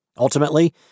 Ultimately